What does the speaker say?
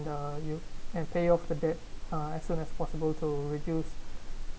uh you can pay off the debt uh as soon as possible to reduce